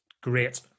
Great